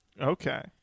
Okay